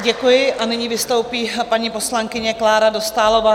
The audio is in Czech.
Děkuji a nyní vystoupí paní poslankyně Klára Dostálová.